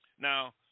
Now